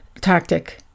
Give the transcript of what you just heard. tactic